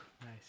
Nice